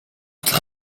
dla